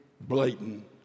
blatant